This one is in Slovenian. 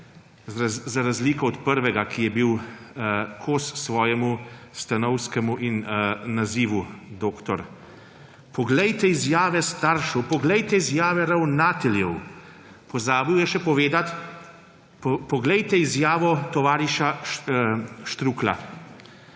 za razliko od prvega, ki je bil kos svojemu stanovskemu nazivu doktor – Poglejte izjave staršev, poglejte izjave ravnateljev. Pozabil je še povedati – Poglejte izjavo tovariša Štruklja.